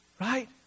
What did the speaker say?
right